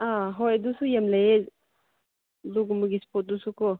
ꯑꯥ ꯍꯣꯏ ꯑꯗꯨꯁꯨ ꯌꯥꯝ ꯂꯩꯌꯦ ꯑꯗꯨꯒꯨꯝꯕꯒꯤꯁꯨ ꯑꯗꯨꯁꯨꯀꯣ